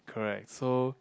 correct so